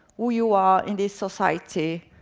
who you are in this society,